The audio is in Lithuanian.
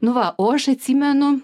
nu va o aš atsimenu